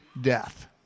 death